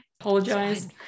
apologize